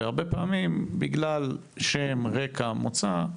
הרבה פעמים, בגלל רקע או מוצא,